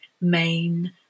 main